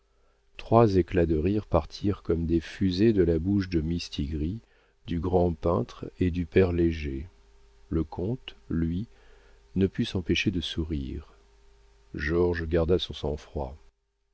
trois éclats de rire partirent comme des fusées de la bouche de mistigris du grand peintre et du père léger le comte lui ne put s'empêcher de sourire georges garda son sang-froid